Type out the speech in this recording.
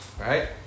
Right